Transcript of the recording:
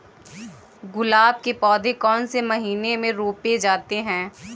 गुलाब के पौधे कौन से महीने में रोपे जाते हैं?